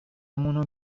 مون